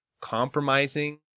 compromising